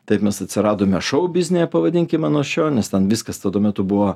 taip mes atsiradome šou biznyje pavadinkime nuo šio nes ten viskas tada tuo metu buvo